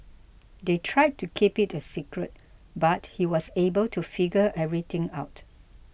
they tried to keep it a secret but he was able to figure everything out